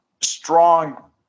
strong